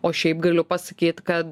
o šiaip galiu pasakyt kad